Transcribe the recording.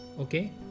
okay